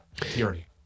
theory